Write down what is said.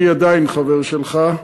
אני עדיין חבר שלך.